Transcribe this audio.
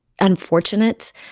unfortunate